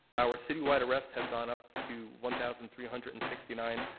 our citywide arrests have gone up to one thousand three hundred and sixty nine.